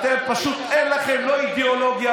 פשוט אין לכם לא אידיאולוגיה,